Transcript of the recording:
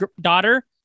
daughter